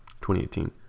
2018